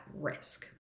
risk